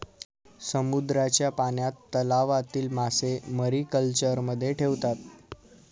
समुद्राच्या पाण्याच्या तलावातील मासे मॅरीकल्चरमध्ये ठेवतात